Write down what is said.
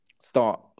start